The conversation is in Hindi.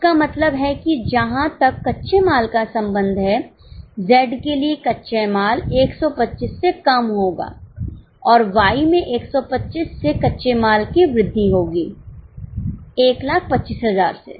इसका मतलब है कि जहां तक कच्चे माल का संबंध है Z के लिए कच्चे माल 125 से कम होगा और Y में 125 से कच्चे माल की वृद्धि होगी 1 25 000 से